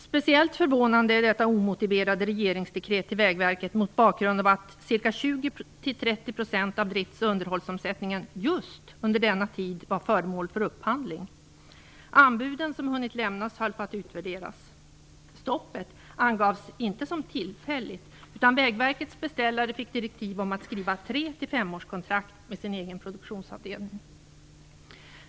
Speciellt förvånande är detta omotiverade regeringsdekret till Vägverket mot bakgrund av att 20-30 % av drifts och underhållsomsättningen just under denna tid var föremål för upphandling. Anbuden som hunnit lämnas höll på att utvärderas. Stoppet angavs inte som tillfälligt, utan Vägverkets beställare fick direktiv om att skriva tre till femårskontrakt med sin egen produktionsavdelning.